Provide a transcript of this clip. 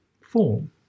form